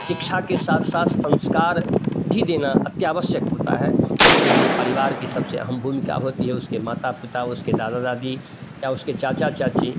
शिक्षा के साथ साथ संस्कार भी देना अति आवश्यक होता है जिसके लिए परिवार की सबसे हम भूमिका होती है उसके माता पिता उसके दादा दादी या उसके चाचा चाची